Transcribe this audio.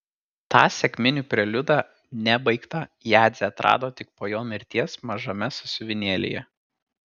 tą sekminių preliudą nebaigtą jadzė atrado tik po jo mirties mažame sąsiuvinėlyje